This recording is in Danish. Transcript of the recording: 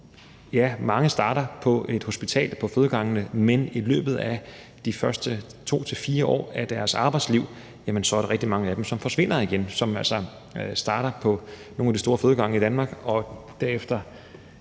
jordemødre starter på et hospital, på fødegangene, men i løbet af de første 2-4 år af deres arbejdsliv er der rigtig mange af dem, som forsvinder igen. De starter altså på nogle af de store fødegange i Danmark, og derefter